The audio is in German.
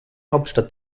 hauptstadt